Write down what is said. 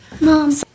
Mom